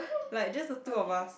like just the two of us